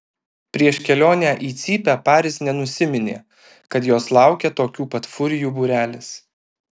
prieš kelionę į cypę paris nenusiminė kad jos laukia tokių pat furijų būrelis